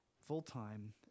full-time